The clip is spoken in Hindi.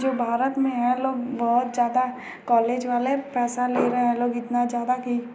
जो भारत में है लोग बहुत ज़्यादा कॉलेज वाले पैसा ले रहे हैं लोग इतना ज़्यादा कि